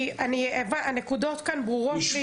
כי הנקודות כאן ברורות לי,